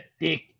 dick